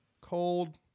Cold